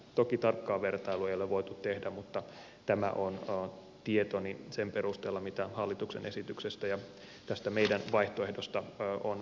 toki tarkkaa vertailua ei ole voitu tehdä mutta tämä on tietoni sen perusteella mitä hallituksen esityksestä ja tästä meidän vaihtoehdostamme on pääteltävissä